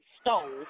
stole